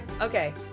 okay